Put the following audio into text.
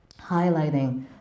highlighting